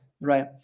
right